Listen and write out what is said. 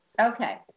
Okay